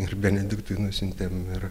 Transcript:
ir benediktui nusiuntėm ir